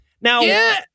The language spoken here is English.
Now